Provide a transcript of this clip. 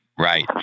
Right